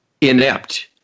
inept